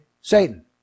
Satan